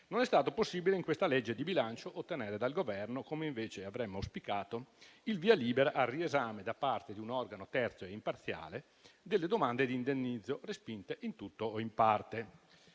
Non è stato possibile in questa legge di bilancio ottenere dal Governo, come invece avremmo auspicato, il via libera al riesame, da parte di un organo terzo e imparziale, delle domande di indennizzo respinte in tutto o in parte.